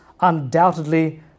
undoubtedly